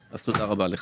אז תודה רבה לך.